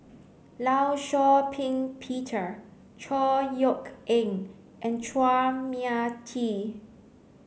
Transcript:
Law Shau Ping Peter Chor Yeok Eng and Chua Mia Tee